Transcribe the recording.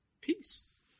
Peace